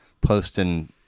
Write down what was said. posting